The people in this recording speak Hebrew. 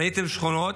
בניתם שכונות?